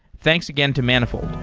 thanks again to manifold.